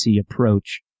approach